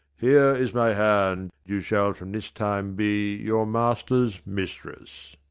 here is my hand you shall from this time be your master's mistress.